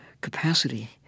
capacity